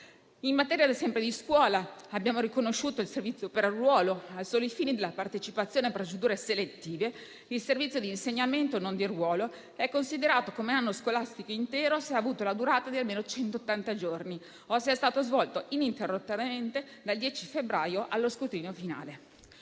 in materia di scuola, sul riconoscimento del servizio pre-ruolo, al solo fine della partecipazione a procedure selettive, il servizio di insegnamento non di ruolo è considerato come anno scolastico intero se ha avuto la durata di almeno centottanta giorni o se è stato svolto ininterrottamente dal 10 febbraio allo scrutinio finale.